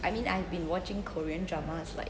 I mean I've been watching korean dramas like